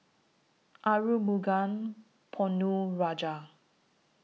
Arumugam Ponnu Rajah